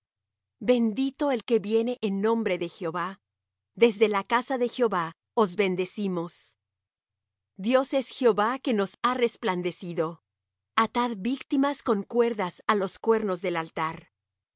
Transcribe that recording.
bendito el que viene en nombre de jehová desde la casa de jehová os bendecimos dios es jehová que nos ha resplandecido atad víctimas con cuerdas á los cuernos del altar